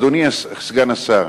אדוני סגן השר,